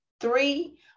three